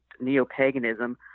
neo-paganism